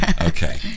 Okay